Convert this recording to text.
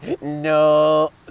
No